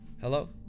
hello